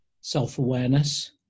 self-awareness